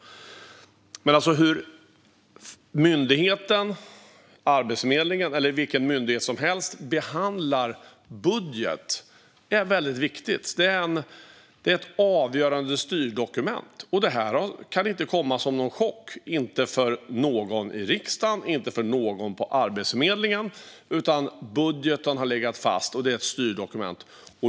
Men hur myndigheten - Arbetsförmedlingen eller vilken myndighet som helst - behandlar budgeten är väldigt viktigt. Den är ett avgörande styrdokument. Detta kan inte komma som en chock vare sig för någon i riksdagen eller på Arbetsförmedlingen, utan budgeten har legat fast och är ett styrdokument.